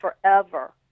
forever